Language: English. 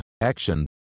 Action